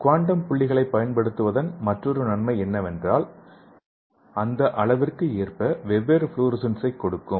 quantum புள்ளிகளைப் பயன்படுத்துவதன் மற்றொரு நன்மை என்னவென்றால் அந்த அளவிற்கு ஏற்ப அது வெவ்வேறு ஃப்ளோரசன்ஸைக் கொடுக்கும்